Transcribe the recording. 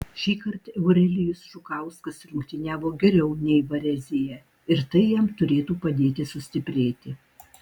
šįkart eurelijus žukauskas rungtyniavo geriau nei varezėje ir tai jam turėtų padėti sustiprėti